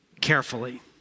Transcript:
carefully